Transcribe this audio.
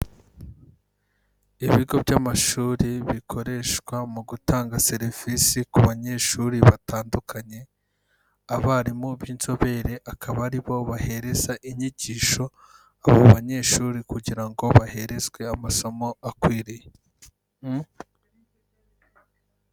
Ibigo by'amashuri bikoreshwa mu gutanga serivisi ku banyeshuri batandukanye, abarimu b'inzobere akaba aribo bahereza inyigisho abo banyeshuri, kugira ngo baherezwe amasomo akwiriye.